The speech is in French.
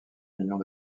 millions